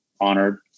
honored